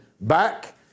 back